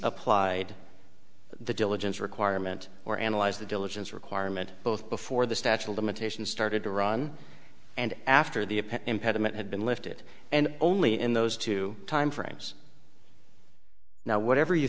applied the diligence requirement or analyzed the diligence requirement both before the statue of limitations started to run and after the impediment had been lifted and only in those two timeframes now whatever you